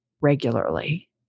regularly